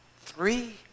Three